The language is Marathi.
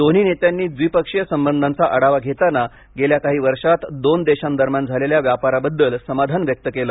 दोन्ही नेत्यांनी द्विपक्षीय संबंधांचा आढावा घेताना गेल्या काही वर्षांत दोन देशांदरम्यान झालेल्या व्यापाराबद्दल समाधान व्यक्त केलं